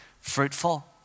fruitful